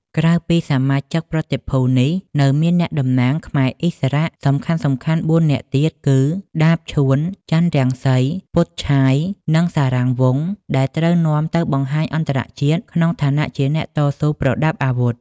ក្រៅពីសមាជិកប្រតិភូនេះ នៅមានអ្នក តំណាងខ្មែរឥស្សរៈសំខាន់ៗបួននាក់ទៀត គឺដាប ឈួន ចន្ទរង្សី ពុត ឆាយ និង សារាំងវង្ស ដែលត្រូវនាំ ទៅបង្ហាញអន្តរជាតិ ក្នុងឋានៈជាអ្នកតស៊ូប្រដាប់អាវុធ។